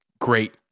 Great